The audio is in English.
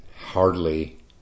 hardly